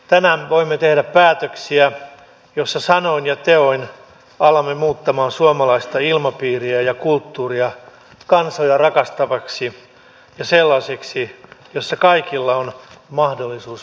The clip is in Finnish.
tänään me voimme tehdä päätöksiä joissa sanoin ja teoin alamme muuttamaan suomalaista ilmapiiriä ja kulttuuria kansoja rakastavaksi ja sellaiseksi jossa kaikilla on mahdollisuus menestyä